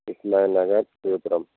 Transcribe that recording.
Ismail Nagar Villupuram